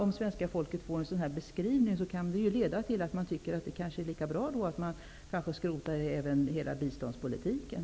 Om svenska folket får höra en sådan här beskrivning, kan det leda till att de tycker att det är lika bra att skrota hela biståndspolitiken.